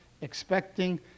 expecting